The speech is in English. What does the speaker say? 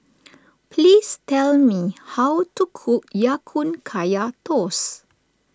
please tell me how to cook Ya Kun Kaya Toast